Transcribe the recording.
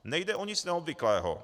Nejde o nic neobvyklého.